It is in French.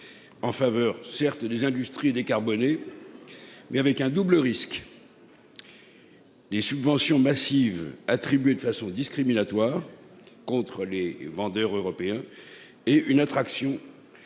en faveur des industries et de la décarbonation, mais avec un double risque : des subventions massives attribuées de façon discriminatoire contre les vendeurs européens et une attraction potentielle